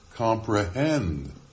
Comprehend